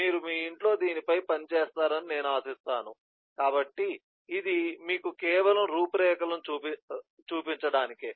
మీరు మీ ఇంట్లో దీని పై పని చేస్తారని నేను ఆశిస్తాను కాబట్టి ఇది మీకు కెవలం రూపురేఖలను చూపించడానికే